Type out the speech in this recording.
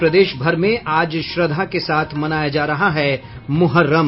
और प्रदेश भर में आज श्रद्धा के साथ मनाया जा रहा है मुहर्रम